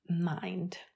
mind